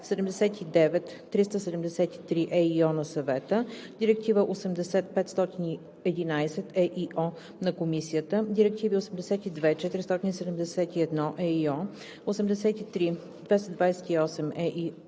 79/373/ЕИО на Съвета, Директива 80/511/ЕИО на Комисията, директиви 82/471/ЕИО, 83/228/ЕИО,